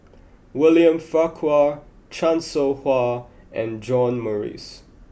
William Farquhar Chan Soh Ha and John Morrice